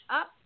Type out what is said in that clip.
up